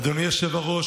אדוני היושב-ראש,